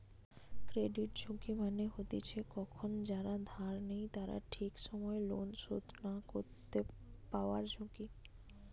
credit ঝুঁকি মানে হতিছে কখন যারা ধার নেই তারা ঠিক সময় লোন শোধ না করতে পায়ারঝুঁকি